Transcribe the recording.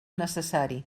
necessari